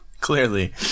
Clearly